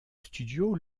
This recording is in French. studio